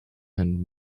and